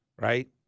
Right